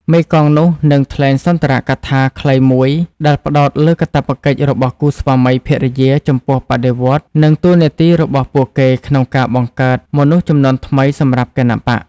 មេកងនោះនឹងថ្លែងសុន្ទរកថាខ្លីមួយដែលផ្តោតលើកាតព្វកិច្ចរបស់គូស្វាមីភរិយាចំពោះបដិវត្តន៍និងតួនាទីរបស់ពួកគេក្នុងការបង្កើតមនុស្សជំនាន់ថ្មីសម្រាប់គណបក្ស។